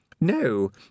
No